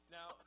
Now